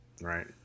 right